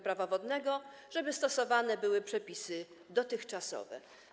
Prawa wodnego stosowane były przepisy dotychczasowe.